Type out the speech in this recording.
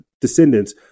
descendants